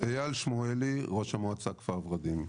אני ראש מועצת כפר ורדים.